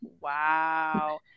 wow